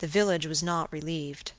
the village was not relieved.